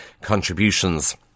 contributions